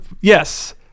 Yes